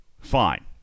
fine